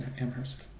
Amherst